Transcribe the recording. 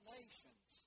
nations